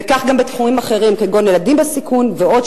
וכך גם בתחומים אחרים כגון ילדים בסיכון ועוד,